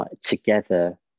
together